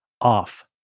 off